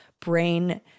brain